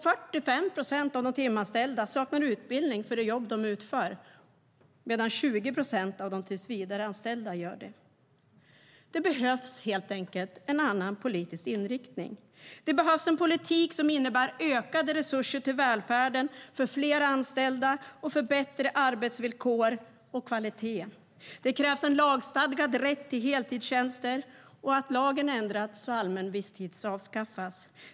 45 procent av de timanställda saknar utbildning för det jobb de utför. Av de tillsvidareanställda är det 20 procent som saknar utbildning. Det behövs helt enkelt en annan politisk inriktning. Det behövs en politik som innebär ökade resurser till välfärden för fler anställda och för bättre arbetsvillkor och kvalitet. Det krävs en lagstadgad rätt till heltidstjänster och att lagen ändras så att allmän visstid avskaffas.